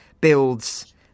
builds